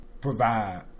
provide